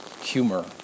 humor